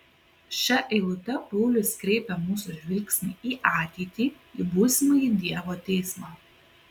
šia eilute paulius kreipia mūsų žvilgsnį į ateitį į būsimąjį dievo teismą